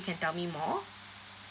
you can tell me more